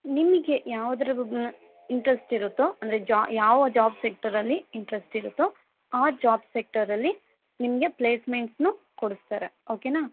ನಿಮಗೆ ಯಾವುದ್ರ ಇಂಟ್ರೆಸ್ಟ್ ಇರುತ್ತೋ ಅಂದರೆ ಜ್ವಾ ಯಾವ ಜ್ವಾಬ್ ಸೆಕ್ಟರಲ್ಲಿ ಇಂಟ್ರೆಸ್ಟ್ ಇರುತ್ತೋ ಆ ಜಾಬ್ ಸೆಕ್ಟರಲ್ಲಿ ನಿಮಗೆ ಪ್ಲೇಸ್ಮೆಂಟ್ನೂ ಕೊಡಿಸ್ತಾರೆ ಓಕೆನಾ